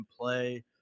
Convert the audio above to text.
play